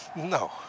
no